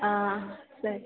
ಆಂ ಸರಿ